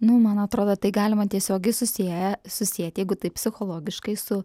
nu man atrodo tai galima tiesiogiai susieja susieti jeigu taip psichologiškai su